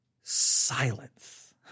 silence